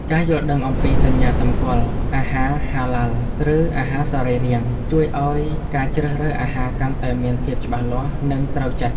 ការយល់ដឹងអំពីសញ្ញាសម្គាល់អាហារហាឡាលឬអាហារសរីរាង្គ ជួយឱ្យការជ្រើសរើសអាហារកាន់តែមានភាពច្បាស់លាស់និងត្រូវចិត្ត។